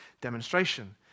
demonstration